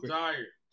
tired